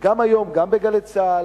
שגם היום, גם ב"גלי צה"ל",